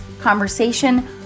conversation